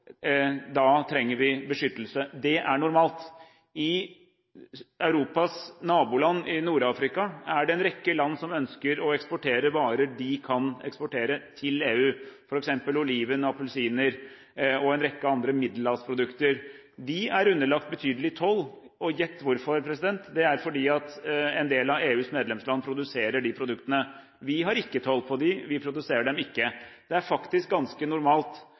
Da trenger vi beskyttelse. Det er normalt. I Europas naboland i Nord-Afrika er det en rekke land som ønsker å eksportere varer de kan eksportere, til EU, f.eks. oliven, appelsiner og en rekke andre middelhavsprodukter. De er underlagt betydelig toll, og gjett hvorfor: Det er fordi en del av EUs medlemsland produserer de produktene. Vi har ikke toll på dem, vi produserer dem ikke. Det er faktisk ganske normalt